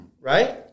Right